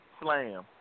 Slam